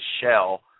shell